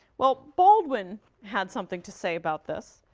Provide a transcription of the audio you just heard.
well, baldwin had something to say about this.